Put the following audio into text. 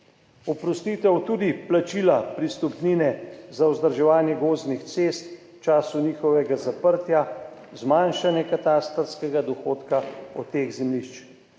oprostitev tudi plačila pristojbine za vzdrževanje gozdnih cest v času njihovega zaprtja, zmanjšanje katastrskega dohodka od teh zemljišč